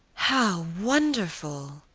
how wonderful!